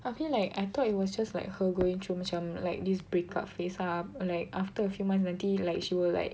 abeh like I thought it was just like her going through macam like this break up phase ah like after a few months nanti like she will like